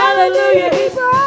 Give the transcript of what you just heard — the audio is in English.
Hallelujah